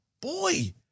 boy